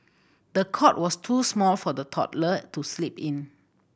the cot was too small for the toddler to sleep in